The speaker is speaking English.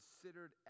considered